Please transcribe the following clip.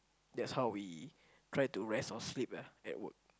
that's how we try to rest or sleep ah at work